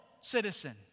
citizen